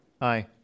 Aye